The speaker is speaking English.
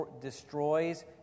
destroys